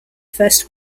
first